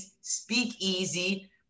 speakeasy